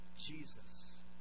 Jesus